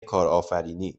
کارآفرینی